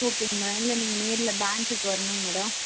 ஓகேங்க மேடோம் இல்லை நீங்கள் நேரில் பேங்க்குக்கு வர்ணுங்க மேடோம்